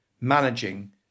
managing